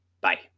Bye